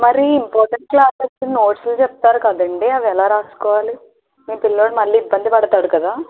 మరి important classes నోట్స్లు చెప్తారు కదండీ అవి ఎలా రాసుకోవాలి మీ పిల్లోడు మళ్ళీ ఇబ్బంది పడతాడు కదా